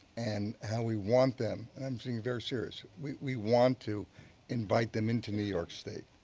and how we want them um being very serious, we we want to invite them into new york state.